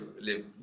live